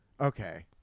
Okay